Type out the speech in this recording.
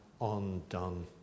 undone